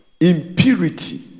impurity